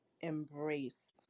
embrace